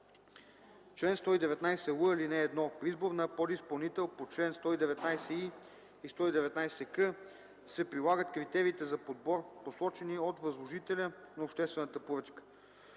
Чл. 119л. (1) При избор на подизпълнител по чл. 119и и 119к се прилагат критериите за подбор, посочени от възложителя на обществената поръчка.